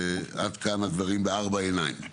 עד כאן הדברים בארבע עיניים.